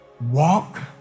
Walk